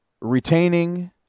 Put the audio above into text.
retaining